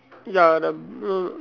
ya the no no